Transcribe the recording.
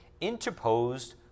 interposed